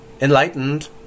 enlightened